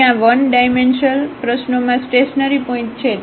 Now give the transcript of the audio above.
તેથી અહીં આ વન ડાઇમેન્શલ પ્રશ્નોમાં સ્ટેશનરીપોઇન્ટ છે